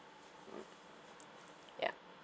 ya